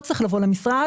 לא צריך לבוא למשרד,